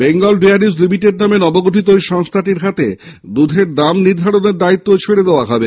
Bengal Dairies Limited নামে নব গঠিত এই সংস্হাটির হাতে দুধের দাম স্হির করার দায়িত্ব ছেড়ে দেওয়া হবে